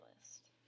list